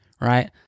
Right